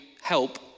help